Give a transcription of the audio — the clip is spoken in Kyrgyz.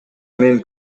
мен